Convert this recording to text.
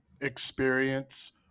experience